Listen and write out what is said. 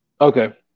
Okay